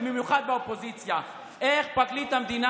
במיוחד באופוזיציה: איך פרקליט המדינה